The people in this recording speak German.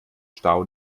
stau